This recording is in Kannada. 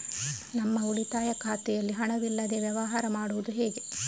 ನಮ್ಮ ಉಳಿತಾಯ ಖಾತೆಯಲ್ಲಿ ಹಣವಿಲ್ಲದೇ ವ್ಯವಹಾರ ಮಾಡುವುದು ಹೇಗೆ?